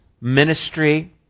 ministry